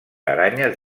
aranyes